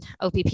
OPP